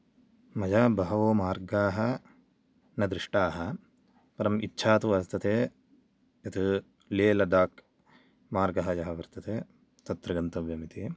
मया बहवो मार्गाः न दृष्टाः परं इच्छा तु वर्तते यत् लेह् लाडाक् मार्गः यः वर्तते तत्र गन्तव्यमिति